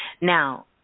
Now